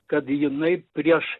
kad jinai prieš